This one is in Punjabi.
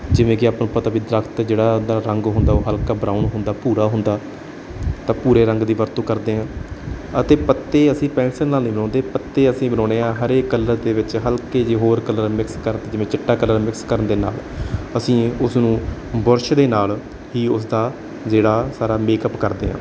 ਜਿਵੇਂ ਕਿ ਆਪਾਂ ਨੂੰ ਪਤਾ ਵੀ ਦਰੱਖਤ ਜਿਹੜਾ ਹੁੰਦਾ ਰੰਗ ਹੁੰਦਾ ਉਹ ਹਲਕਾ ਬਰਾਊਨ ਹੁੰਦਾ ਭੂਰਾ ਹੁੰਦਾ ਤਾਂ ਭੂਰੇ ਰੰਗ ਦੀ ਵਰਤੋਂ ਕਰਦੇ ਹਾਂ ਅਤੇ ਪੱਤੇ ਅਸੀਂ ਪੈਨਸਿਲ ਨਾਲ ਨਹੀਂ ਲਾਉਂਦੇ ਪੱਤੇ ਅਸੀਂ ਬਣਾਉਂਦੇ ਹਾਂ ਹਰੇ ਕਲਰ ਦੇ ਵਿੱਚ ਹਲਕੇ ਜਿਹੇ ਹੋਰ ਕਲਰ ਮਿਕਸ ਕਰਤੇ ਜਿਵੇਂ ਚਿੱਟਾ ਕਲਰ ਮਿਕਸ ਕਰਨ ਦੇ ਨਾਲ ਅਸੀਂ ਉਸਨੂੰ ਬੁਰਸ਼ ਦੇ ਨਾਲ ਹੀ ਉਸਦਾ ਜਿਹੜਾ ਸਾਰਾ ਮੇਕਅਪ ਕਰਦੇ ਹਾਂ